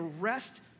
arrest